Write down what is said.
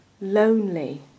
lonely